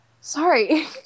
Sorry